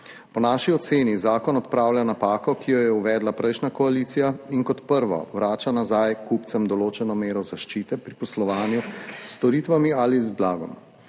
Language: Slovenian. Po naši oceni zakon odpravlja napako, ki jo je uvedla prejšnja koalicija in, kot prvo, vrača nazaj k kupcem določeno mero zaščite pri poslovanju s storitvami ali z blagom.